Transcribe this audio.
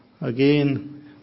again